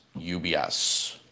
UBS